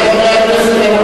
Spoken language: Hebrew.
רבותי חברי הכנסת,